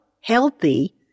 healthy